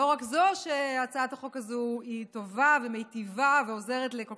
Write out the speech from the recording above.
לא רק שהצעת החוק הזאת טובה ומיטיבה ועוזרת לכל